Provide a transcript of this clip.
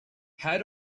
had